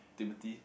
Timothy